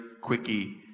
quickie